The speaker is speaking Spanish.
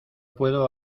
puedo